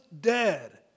dead